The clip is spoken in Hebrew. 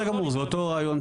בסדר גמור, זה אותו רעיון.